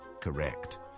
Correct